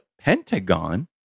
Pentagon